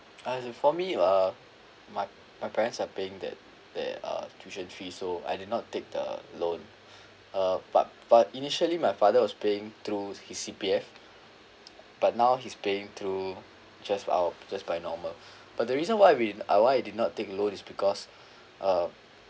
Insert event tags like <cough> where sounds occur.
as for me uh my my parents are paying that their uh tuition fees so I did not take the loan <breath> uh but but initially my father was paying through his C_P_F but now he's paying through just out just by normal but the reason why we uh why I did not take loan is because <breath> uh